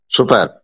Super